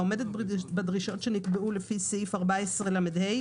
העומדת בדרישות שנקבעו לפי סעיף 14 לה,